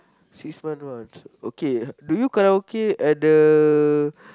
six months once okay do you karaoke at the